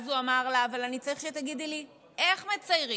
הוא אמר לה: אבל אני צריך שתגידי לי איך מציירים.